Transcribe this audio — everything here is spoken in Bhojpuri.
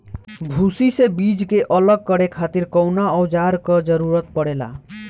भूसी से बीज के अलग करे खातिर कउना औजार क जरूरत पड़ेला?